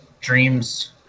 dreams